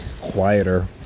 quieter